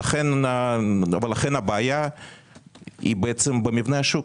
לכן הבעיה היא בעצם במבנה השוק.